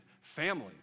family